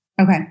Okay